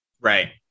Right